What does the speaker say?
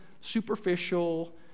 superficial